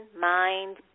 mind